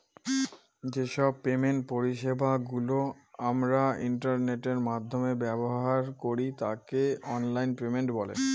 যে সব পেমেন্ট পরিষেবা গুলো আমরা ইন্টারনেটের মাধ্যমে ব্যবহার করি তাকে অনলাইন পেমেন্ট বলে